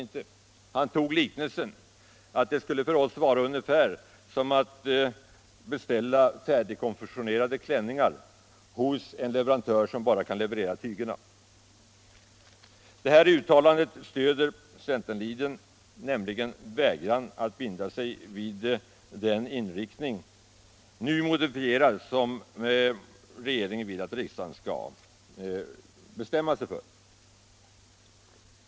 Han använde liknelsen att det skulle för dem vara ungefär som att beställa färdigkonfektionerade klänningar hos en leverantör som bara kan leverera tygerna. Detta uttalande stöder centerlinjen, nämligen vägran att binda sig vid den inriktningen — nu modifierad — som regeringen vill att riksdagen skall bestämma sig för.